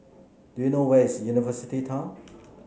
do you know where is University Town